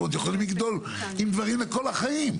ועם דברים לכל החיים.